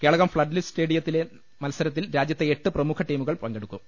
Kelakam floodlit സ്റ്റേഡിയ ത്തിലെ മത്സരത്തിൽ രാജ്യത്തെ എട്ട് പ്രമുഖ ടീമുകൾ പങ്കെടുക്കും